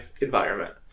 environment